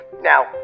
Now